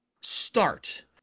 start